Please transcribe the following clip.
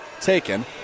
taken